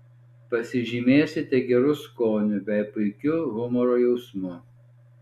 pasižymėsite geru skoniu bei puikiu humoro jausmu